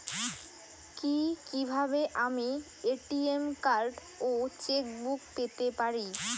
কি কিভাবে আমি এ.টি.এম কার্ড ও চেক বুক পেতে পারি?